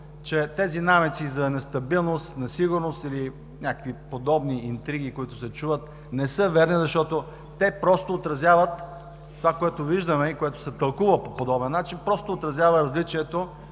че тези намеци за нестабилност, несигурност или някакви подобни интриги, които се чуват, не са верни, защото те просто отразяват това, което виждаме и което се тълкува по подобен начин – просто отразява различието